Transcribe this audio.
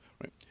right